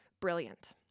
Brilliant